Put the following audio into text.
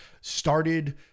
started